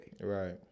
right